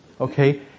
okay